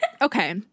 Okay